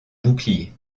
bouclier